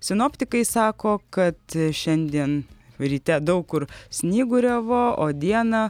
sinoptikai sako kad šiandien ryte daug kur snyguriavo o dieną